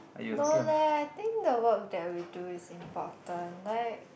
no leh I think the work that we do is important like